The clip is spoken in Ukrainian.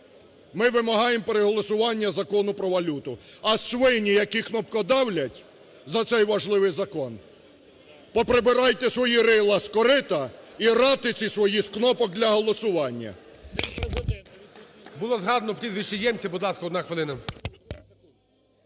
Ми вимагаємо переголосування Закону про валюту. А свині, які кнопкодавлять за цей важливий закон, поприбирайте свої рила з корита і ратиці свої з кнопок для голосування.